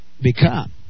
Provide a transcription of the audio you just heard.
become